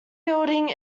building